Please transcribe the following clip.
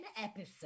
episode